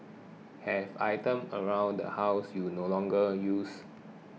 have items around the house you no longer use